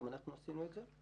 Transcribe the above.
גם אנחנו עשינו את זה.